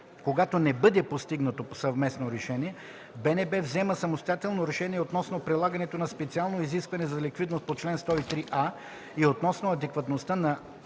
Когато не бъде постигнато съвместно решение, БНБ взема самостоятелно решение относно прилагането на специално изискване за ликвидност по чл. 103а и относно адекватността на